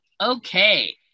Okay